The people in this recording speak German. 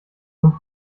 nun